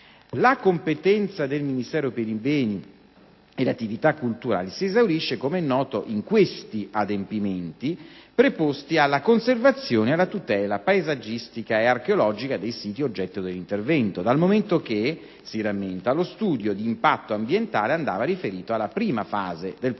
La competenza del Ministero per i beni e le attività culturali si esaurisce, come noto, in questi adempimenti, preposti alla conservazione ed alla tutela paesaggistica ed archeologica dei siti oggetto dell'intervento, dal momento che, si rammenta, lo studio di impatto ambientale andava riferito alla prima fase del Programma